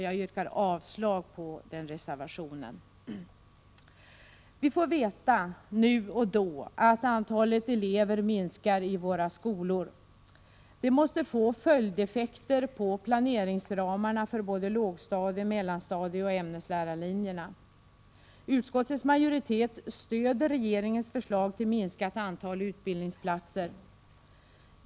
Jag yrkar avslag på den reservationen. Vi får nu och då veta att antalet elever i våra skolor minskar. Detta måste få följdeffekter på planeringsramarna för såväl lågstadieoch mellanstadiesom ämneslärarlinjen. Utskottets majoritet stöder regeringens förslag till minskat antal utbildningsplatser.